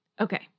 Okay